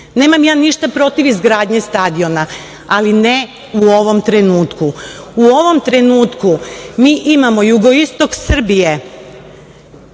ja ništa protiv izgradnje stadiona, ali ne u ovom trenutku. U ovom trenutku mi imamo jugoistok Srbije